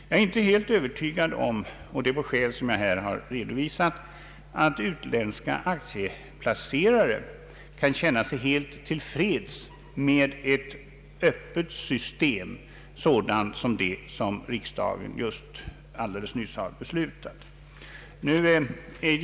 Jag är inte alldeles övertygad om — på skäl som jag här har redovisat — att utländska aktieplacerare kan känna sig helt till freds med ett öppet system, sådant som det riksdagen nyss har beslutat.